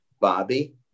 Bobby